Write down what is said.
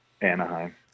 Anaheim